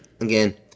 again